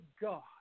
God